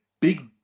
big